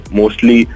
mostly